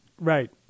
Right